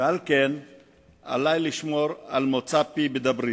על כן עלי לשמור על מוצא פי בדברי,